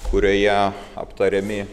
kurioje aptariami